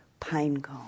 pinecone